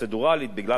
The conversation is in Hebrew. בגלל לחץ הזמן,